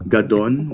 Gadon